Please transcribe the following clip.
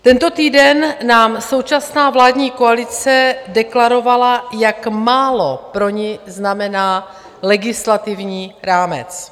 Tento týden nám současná vládní koalice deklarovala, jak málo pro ni znamená legislativní rámec.